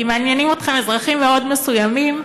כי מעניינים אתכם אזרחים מאוד מסוימים,